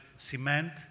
Cement